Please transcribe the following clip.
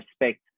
respect